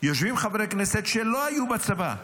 יושבים חברי כנסת שלא היו בצבא,